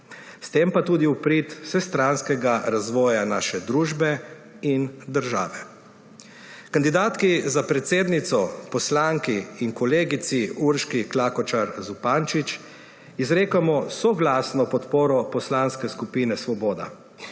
s tem pa tudi v prid vsestranskega razvoja naše družbe in države. Kandidatki za predsednico, poslanki in kolegici Urški Klakočar Zupančič izrekamo soglasno podporo poslanske skupine Svoboda.